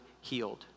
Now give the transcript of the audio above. healed